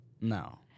No